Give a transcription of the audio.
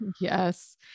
yes